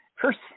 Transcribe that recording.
First